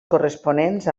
corresponents